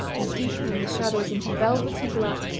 and deepening the shadows into velvety-black,